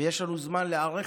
יש לנו זמן להיערך,